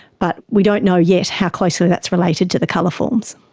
but we don't know yet how closely that's related to the colour forms.